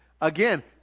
Again